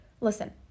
listen